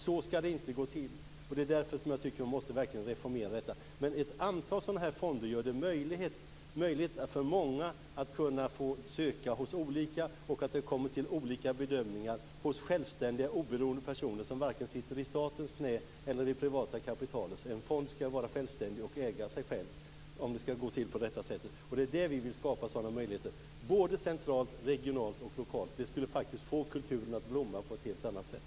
Så skall det inte gå till, och det är därför jag tycker att man verkligen måste reformera detta. Ett antal sådana här fonder gör det möjligt för många att söka hos olika så att det kommer till olika bedömningar hos självständiga, oberoende personer som varken sitter i statens knä eller i det privata kapitalets. En fond skall vara självständig och äga sig själv om det skall gå till på rätta sättet, och det är sådana möjligheter vi vill skapa - centralt, regionalt och lokalt. Det skulle faktiskt få kulturen att blomma på ett helt annat sätt.